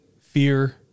fear